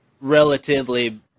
relatively